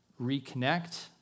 reconnect